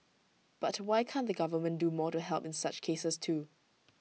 but why can't the government do more to help in such cases too